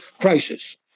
crisis